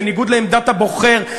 בניגוד לעמדת הבוחר,